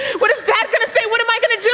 what is dad gonna say, what am i gonna do?